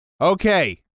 Okay